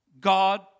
God